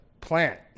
plant